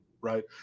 right